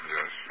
Yes